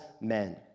men